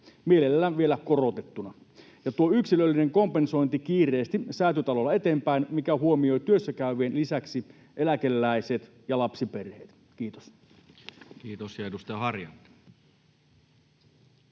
mielellään vielä korotettuna, ja tulee viedä tuo yksilöllinen kompensointi kiireesti Säätytalolla eteenpäin, mikä huomioi työssäkäyvien lisäksi eläkeläiset ja lapsiperheet. — Kiitos. Kiitos.